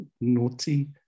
naughty